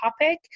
topic